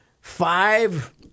five